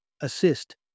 assist